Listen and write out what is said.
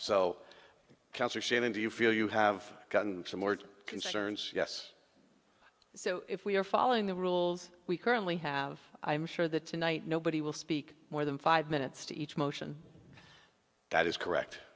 shannon do you feel you have some concerns yes so if we are following the rules we currently have i am sure that tonight nobody will speak more than five minutes to each motion that is correct